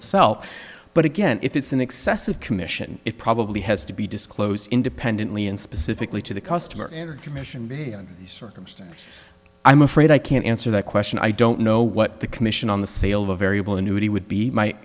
itself but again if it's in excess of commission it probably has to be disclosed independently and specifically to the customer and commission under the circumstances i'm afraid i can't answer that question i don't know what the commission on the sale of a variable annuity would be my